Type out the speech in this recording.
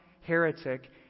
heretic